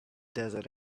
desert